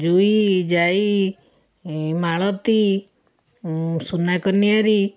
ଜୁଇ ଯାଇ ମାଳତୀ ସୁନା କନିୟାରୀ